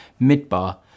midbar